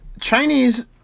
Chinese